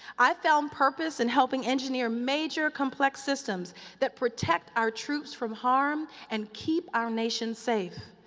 i found purpose in helping engineer major complex systems that protect our troops from harm and keep our nation safe.